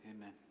Amen